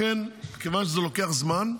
לכן, כיוון שזה לוקח זמן,